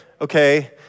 okay